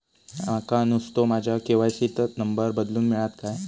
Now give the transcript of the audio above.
माका नुस्तो माझ्या के.वाय.सी त नंबर बदलून मिलात काय?